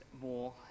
more